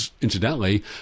incidentally